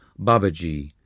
Babaji